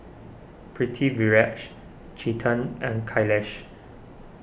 Pritiviraj Chetan and Kailash